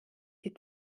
die